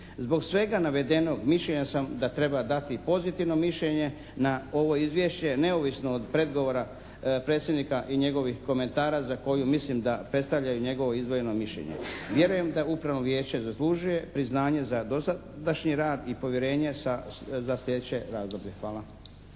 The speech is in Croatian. Svog svega navedenog mišljenja sam da treba dati pozitivno mišljenje na ovo Izvješće neovisno od predgovora predsjednika i njegovih komentara za koje mislim da predstavljaju njegovo izdvojeno mišljenje. Vjerujem da Upravno vijeće zaslužuje priznanje za dosadašnji rad i povjerenje za sljedeće razdoblje. Hvala.